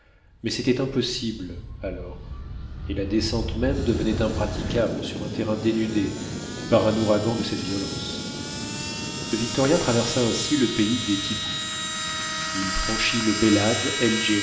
mais c'était impossible alors et la descente même devenait impraticable sur un terrain dénudé et par un ouragan de cette violence le victoria traversa ainsi le pays des tibbous il franchit le belad el